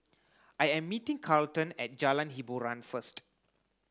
I am meeting Carleton at Jalan Hiboran first